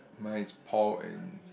mine is paul and